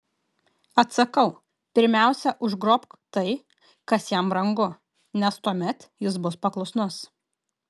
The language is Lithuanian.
atsakau pirmiausia užgrobk tai kas jam brangu nes tuomet jis bus paklusnus